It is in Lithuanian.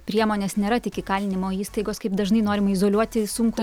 priemonės nėra tik įkalinimo įstaigos kaip dažnai norima izoliuoti sunkų